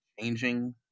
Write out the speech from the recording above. changing